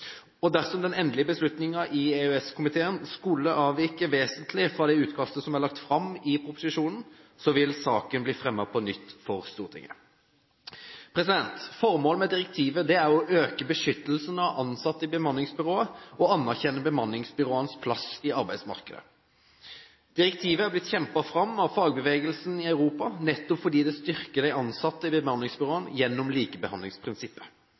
Dersom den endelige beslutningen i EØS-komiteen skulle avvike vesentlig fra det utkastet som er lagt fram i proposisjonen, vil saken bli fremmet for Stortinget på nytt. Formålet med direktivet er å øke beskyttelsen av ansatte i bemanningsbyråer og anerkjenne bemanningsbyråenes plass i arbeidsmarkedet. Direktivet er blitt kjempet fram av fagbevegelsen i Europa, nettopp fordi det styrker de ansatte i bemanningsbyråene gjennom likebehandlingsprinsippet.